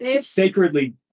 sacredly